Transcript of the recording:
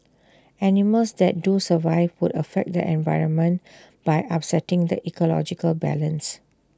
animals that do survive would affect the environment by upsetting the ecological balance